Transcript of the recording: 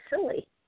silly